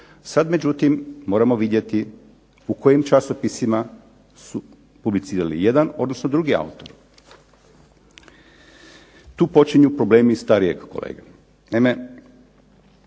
Sad međutim moramo vidjeti u kojim časopisima su publicirali jedan odnosno drugi autor. Tu počinju problemi starijeg kolege.